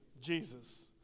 Jesus